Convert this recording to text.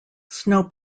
snow